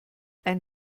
ein